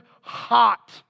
hot